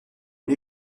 une